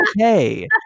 okay